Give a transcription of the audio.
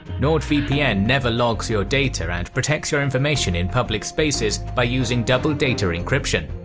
nordvpn never logs your data and protects your information in public spaces by using double data encryption!